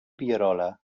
pierola